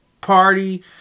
party